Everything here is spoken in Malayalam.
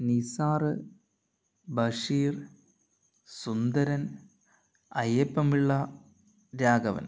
നിസ്സാർ ബഷീർ സുന്ദരൻ അയ്യപ്പൻപിള്ള രാഘവൻ